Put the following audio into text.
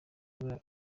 kuba